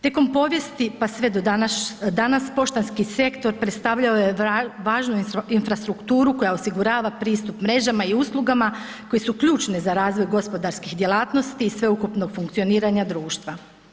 Tijekom povijesti, pa sve do danas, poštanski sektor predstavljao je važnu infrastrukturu koja osigurava pristup mrežama i uslugama koje su ključne za razvoj gospodarskih djelatnosti i sveukupnog funkcioniranja društva.